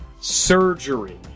surgery